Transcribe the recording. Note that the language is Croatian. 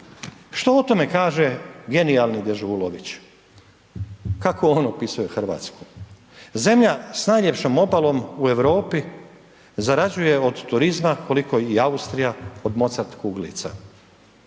Što o tome kaže genijalni Dežulović? Kako on opisuje Hrvatsku? Zemlja sa najljepšom obalom u Europi zarađuje od turizma koliko i Austrija od Mozart kuglica.